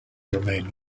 remained